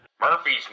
Murphy's